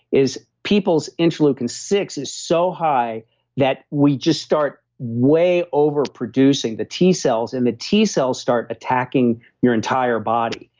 is people's interleukin six is so high that we just start way overproducing the t cells, and the t cells start attacking your entire body.